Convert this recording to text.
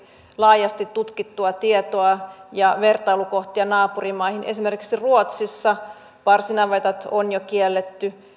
laajasti tutkittua tietoa ja vertailukohtia naapurimaihin esimerkiksi ruotsissa parsinavetat on jo kielletty